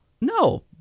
No